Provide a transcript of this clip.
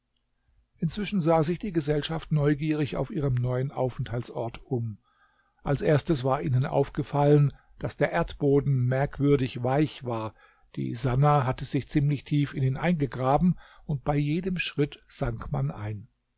inzwischen sah sich die gesellschaft neugierig auf ihrem neuen aufenthaltsort um als erstes war ihnen aufgefallen daß der erdboden merkwürdig weich war die sannah hatte sich ziemlich tief in ihn eingegraben und bei jedem schritt sank man ein